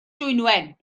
dwynwen